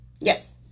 Yes